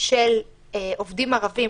של עובדים ערבים,